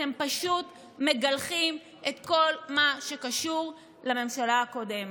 אתם פשוט מגלחים את כל מה שקשור לממשלה הקודמת.